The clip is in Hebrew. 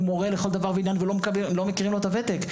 הוא מורה לכל דבר ועניין ולא מכירים לו בוותק.